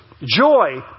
Joy